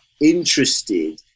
interested